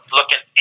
Looking